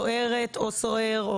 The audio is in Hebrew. סוהרת או סוהר,